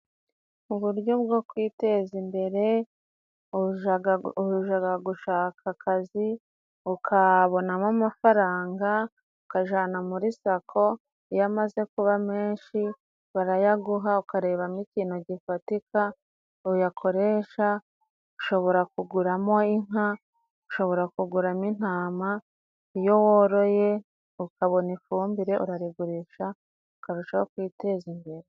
Uburyo bwo kwiteza imbere ujaga gushaka akazi, ukabonamo amafaranga ukajana muri sako, iyo amaze kuba menshi barayaguha ukarebamo ikintu gifatika uyakoresha, ushobora kuguramo inka, ushobora kuguramo intama. Iyo woroye ukabona ifumbire, urarigurisha ukarushaho kwiteza imbere.